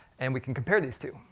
and we can compare these two.